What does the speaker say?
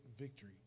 victory